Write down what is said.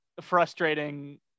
frustrating